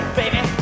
baby